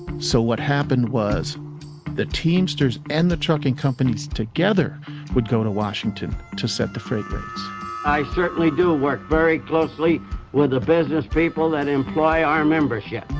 so what happened was the teamsters and the trucking companies together would go to washington to set the freight i certainly do work very closely with the business-people that employ our membership.